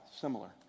similar